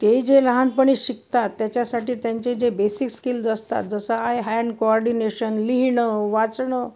ते जे लहानपणी शिकतात त्याच्यासाठी त्यांचे जे बेसिक स्किल्स असतात जसं आय हॅन्ड कोऑर्डिनेशन लिहिणं वाचणं